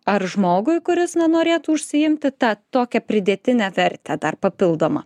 ar žmogui kuris na norėtų užsiimti ta tokią pridėtinę vertę dar papildomą